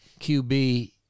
QB